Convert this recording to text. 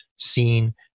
seen